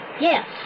Yes